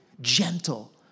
gentle